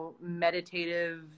meditative